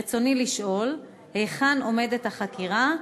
רצוני לשאול: 1. היכן עומדת החקירה?